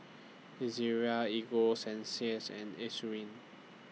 Ezerra Ego Sunsense and Eucerin